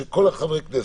רק לגבי הנושא של ה-VC.